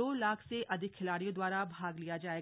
दो लाख से अधिक खिलाड़ियों द्वारा भाग लिया जायेगा